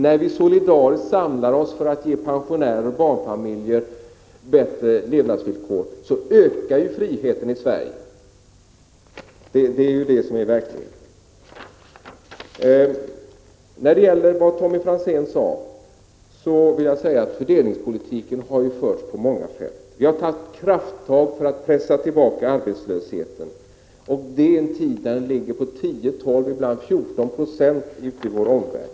När vi solidariskt samlar oss för att ge pensionärer och barnfamiljer bättre levnadsvillkor ökar friheten i Sverige. För att återkomma till Tommy Franzéns inlägg vill jag säga att fördelningspolitiken har förts på många fält. Vi har tagit krafttag för att pressa tillbaka arbetslösheten, och detta i en tid när den ute i vår omvärld ligger på 10, 12 och ibland 14 96.